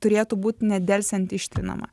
turėtų būti nedelsiant ištrinama